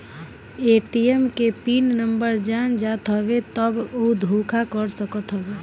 ATM के PIN number जान जात हवे तब उ धोखा कर सकत हवे